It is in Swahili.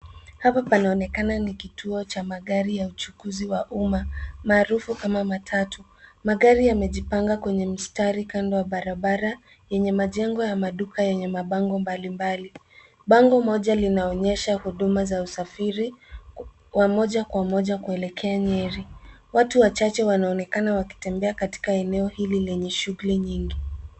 Hapa panaonekana ni kituo cha magari ya uchukuzi wa umma maarufu kama matatu, magari yamejipanga kwenye mistari kando ya barabara enye majengo ya maduka mabango mbali mbali, bango moja linaonyesha huduma za usafiri wa moja kwa moja kuekelea Nyeri, watu wachache wanaonekana wakitembea katika eneo hili enye shughuli nyingi.